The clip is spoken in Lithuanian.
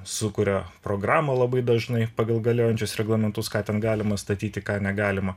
sukuria programą labai dažnai pagal galiojančius reglamentus ką ten galima statyti ką negalima